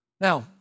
Now